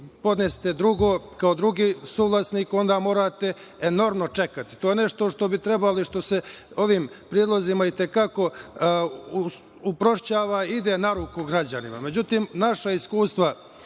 podnesete drugo kao drugi suvlasnik, onda morate enormno čekati. To je nešto što bi trebali i što se ovim predlozima i te kako uprošćava, ide na ruku građanima.Međutim, naša iskustva